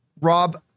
Rob